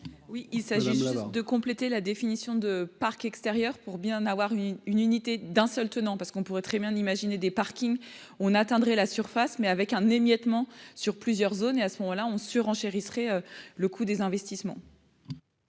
Oui, il s'agit de compléter la définition de parcs extérieur pour bien avoir une une unité, d'un seul tenant, parce qu'on pourrait très bien imaginer des parkings, on atteindrait la surface mais avec un émiettement sur plusieurs zones, et à ce moment-là on surenchérit serait le coût des investissements.